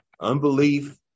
unbelief